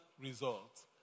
results